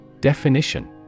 Definition